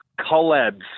collabs